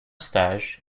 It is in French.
stage